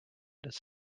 does